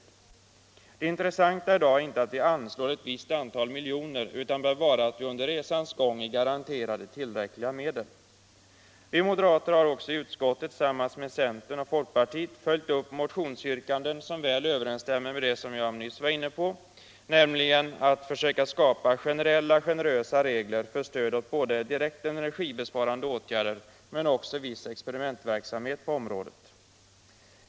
Det intressanta i dag är inte att anslå ett visst antal miljoner utan att man under resans gång är garanterad tillräckliga medel. Vi moderater har också i utskottet tillsammans med centern och folkpartiet följt upp motionsyrkanden som väl överensstämmer med det som jag nyss var inne på, nämligen att försöka skapa generella, generösa regler för stöd åt direkt energibesparande åtgärder men även viss experimentverksamhet på området.